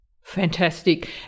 Fantastic